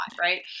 right